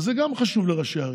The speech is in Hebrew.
אז זה גם חשוב לראשי ערים,